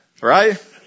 Right